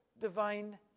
divine